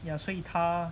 ya 所以她